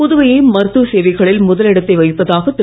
புதுவையை மருத்துவ சேவைகளில் முதல் இடத்தை வகிப்பதாக திரு